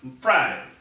Friday